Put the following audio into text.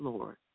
Lord